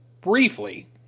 briefly